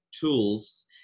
tools